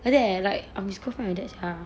like that leh like I'm his girlfriend sia